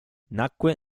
nacque